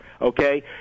Okay